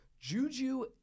Juju